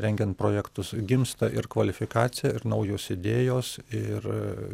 rengiant projektus gimsta ir kvalifikacija ir naujos idėjos ir